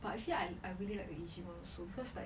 but actually I I really like the egypt photos also cause like